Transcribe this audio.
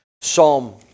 Psalm